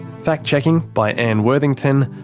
fact checking by anne worthington.